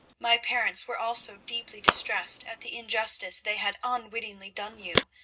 my parents were also deeply distressed at the injustice they had unwittingly done you,